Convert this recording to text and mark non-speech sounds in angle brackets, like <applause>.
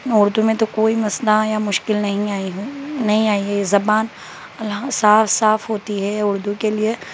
اردو میں تو کوئی مسئلہ یا مشکل نہیں آئی ہے نہیں آئی ہے یہ زبان <unintelligible> صاف صاف ہوتی ہے اردو کے لیے